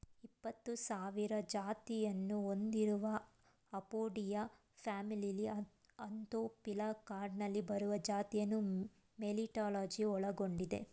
ಇಪ್ಪತ್ಸಾವಿರ ಜಾತಿಯನ್ನು ಹೊಂದಿರುವ ಅಪೊಯಿಡಿಯಾ ಫ್ಯಾಮಿಲಿಲಿ ಆಂಥೋಫಿಲಾ ಕ್ಲಾಡ್ನಲ್ಲಿ ಬರುವ ಜಾತಿಯನ್ನು ಮೆಲಿಟಾಲಜಿ ಒಳಗೊಂಡಿದೆ